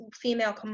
female